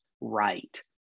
right